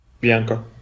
Bianca